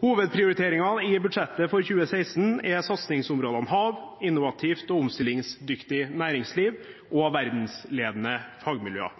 Hovedprioriteringene i budsjettet for 2016 er satsingsområdene hav, et innovativt og omstillingsdyktig næringsliv og verdensledende fagmiljøer.